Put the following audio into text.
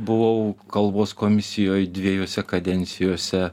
buvau kalbos komisijoj dviejose kadencijose